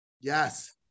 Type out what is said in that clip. Yes